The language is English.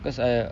cause I